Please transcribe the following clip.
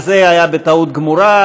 זה היה בטעות גמורה,